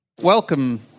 Welcome